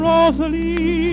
Rosalie